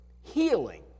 Healing